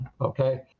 okay